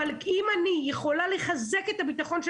אבל אם אני יכולה לחזק את הביטחון של